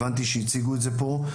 הבנתי שהציגו את זה פה.